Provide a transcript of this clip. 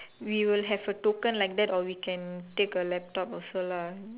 we will have a token like that or we can take a laptop also lah